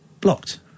Blocked